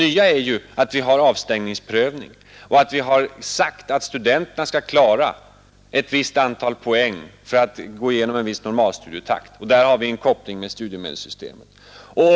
undervisningen är ju att vi har avstängningsprövning och att vi har sagt att studenterna Vid universiteten skall klara ett visst antal poäng för att kunna gå igenom i en viss normalstudietakt. Där har vi en koppling med studiemedelssystemet.